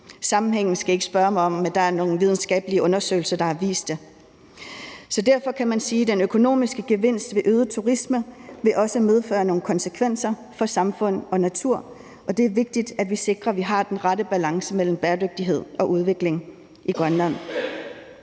Sammenhængen skal I ikke spørge mig om, men der er nogle videnskabelige undersøgelser, der har vist det. Så derfor kan man sige, at den økonomiske gevinst ved øget turisme også vil medføre nogle konsekvenser for samfundet og naturen, og det er vigtigt, at vi sikrer, at vi har den rette balance mellem bæredygtighed og udvikling i Grønland.